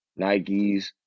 Nikes